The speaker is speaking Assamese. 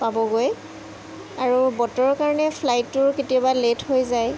পাবগৈ আৰু বতৰৰ কাৰণে ফ্লাইটটোৰ কেতিয়াবা লেট হৈ যায়